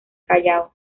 callao